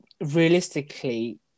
realistically